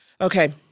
Okay